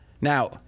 Now